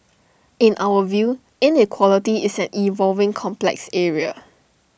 in our view inequality is an evolving complex area